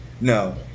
no